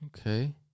Okay